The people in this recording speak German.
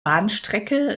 bahnstrecke